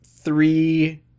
three